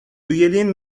üyeliğin